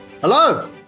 Hello